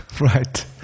Right